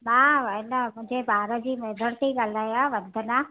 हा वंदना तुंहिणजे ॿार जी मैडम थी ॻाल्हायां वंदना